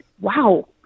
Wow